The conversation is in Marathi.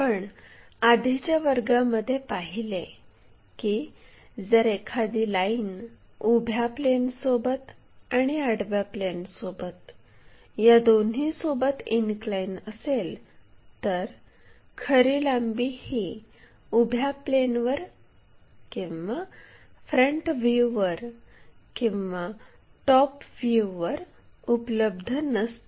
आपण आधीच्या वर्गामध्ये पहिले की जर एखादी लाईन उभ्या प्लेनसोबत आणि आडव्या प्लेनसोबत या दोन्हीसोबत इनक्लाइन असेल तर खरी लांबी ही उभ्या प्लेनवर किंवा फ्रंट व्ह्यूवर किंवा टॉप व्ह्यूवर उपलब्ध नसते